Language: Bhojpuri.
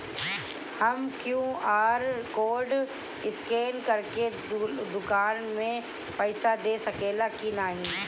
हम क्यू.आर कोड स्कैन करके दुकान में पईसा दे सकेला की नाहीं?